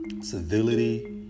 civility